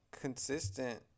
Consistent